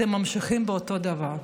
אתם ממשיכים באותו דבר.